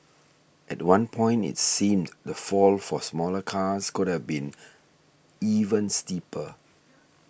at one point it seemed the fall for smaller cars could have been even steeper